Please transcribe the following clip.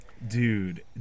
dude